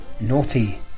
naughty